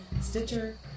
Stitcher